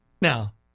Now